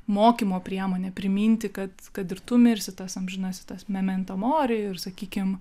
mokymo priemonė priminti kad kad ir tu mirsi tas amžinas tas memento mori ir sakykim